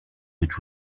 which